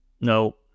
No